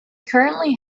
currently